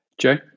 Joe